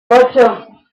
ocho